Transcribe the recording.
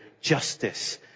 justice